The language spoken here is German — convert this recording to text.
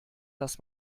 dass